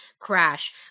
Crash